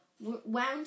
wound